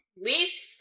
Least